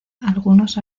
algunos